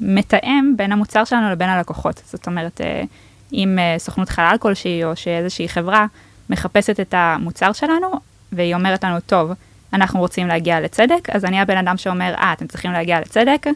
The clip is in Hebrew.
מתאם בין המוצר שלנו לבין הלקוחות זאת אומרת אם סוכנות חלל כלשהי, או שאיזה שהיא חברה מחפשת את המוצר שלנו והיא אומרת לנו: "טוב, אנחנו רוצים להגיע לצדק" אז אני הבן אדם שאומר: "אה, אתם צריכים להגיע לצדק?"